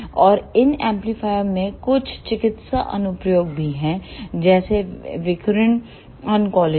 और इन एम्पलीफायरों में कुछ चिकित्सा अनुप्रयोग भी हैं जैसे विकिरण ऑन्कोलॉजी